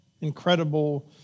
incredible